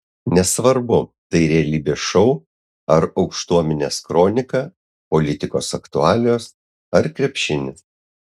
nesvarbu tai realybės šou ar aukštuomenės kronika politikos aktualijos ar krepšinis